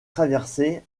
traversée